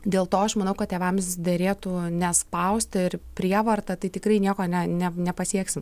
dėl to aš manau kad tėvams derėtų nespausti ir prievarta tai tikrai nieko ne ne nepasieksim